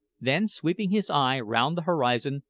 then sweeping his eye round the horizon,